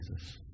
Jesus